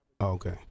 Okay